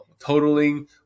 totaling